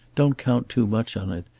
don't count too much on it.